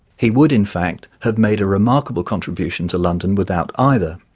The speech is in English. he would, in fact, have made a remarkable contribution to london without either.